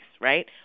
right